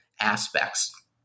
aspects